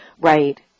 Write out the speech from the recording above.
Right